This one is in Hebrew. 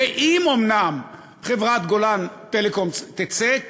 ואם אומנם חברת "גולן טלקום" תצא,